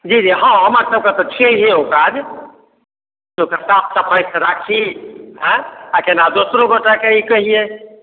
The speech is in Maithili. जी जी हँ हमर सबके तऽ छैहे ओ काज साफ जे ओकरा सफाइके राखि आ कि नहि दोसरो गोटाके ई कहियै